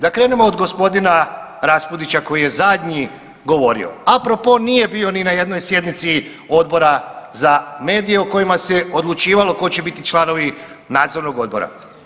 Da krenemo od g. Rapudića koji je zadnji govorio, a propos nije bio ni na jednoj sjednici Odbora za medije o kojima se odlučivalo tko će biti članovi nadzornog odbora.